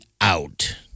out